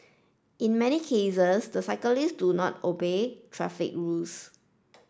in many cases the cyclists do not obey traffic rules